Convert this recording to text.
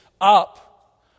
up